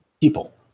people